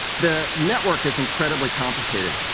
the network is incredibly complicated.